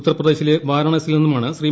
ഉത്തർപ്രദേശിലെ വാരാണസിയിൽനിന്നുമാണ് ശ്രീ